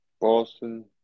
Boston